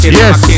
yes